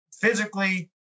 physically